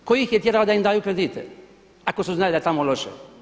Tko ih je tjerao da im daju kredite ako su znali da je tamo loše?